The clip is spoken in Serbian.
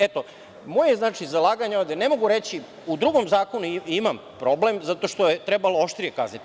Eto, moje zalaganje da ne mogu reći da u drugom zakonu imam problem zato što je trebalo oštrije kazniti.